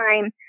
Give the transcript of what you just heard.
time